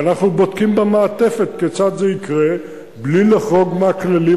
ואנחנו בודקים במעטפת כיצד זה יקרה בלי לחרוג מהכללים